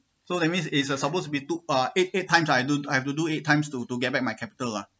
so that means is uh supposed to be took uh eight eight times I I have to do eight times to to get back my capital lah